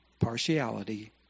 partiality